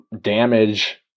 damage